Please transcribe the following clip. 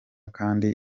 kandi